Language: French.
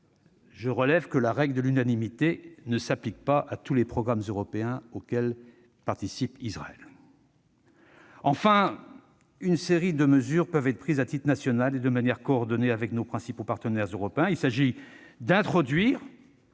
sur le sujet, la règle de l'unanimité ne s'applique pas à tous les programmes européens auxquels participe Israël. Une série de mesures peuvent être prises à titre national et de manière coordonnée avec nos principaux partenaires européens. Il s'agit d'introduire